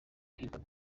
clinton